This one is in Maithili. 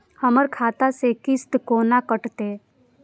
हमर खाता से किस्त कोना कटतै?